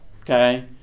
Okay